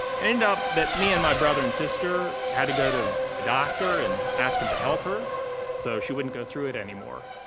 and ended up that me and my brother and sister had to go to the doctor and ask him to help her so she wouldn't go through it anymore.